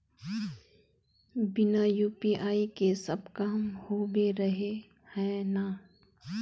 बिना यु.पी.आई के सब काम होबे रहे है ना?